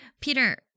Peter